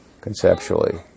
conceptually